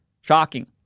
Shocking